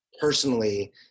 personally